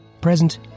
present